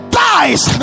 dies